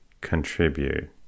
contribute